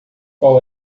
qual